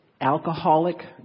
alcoholic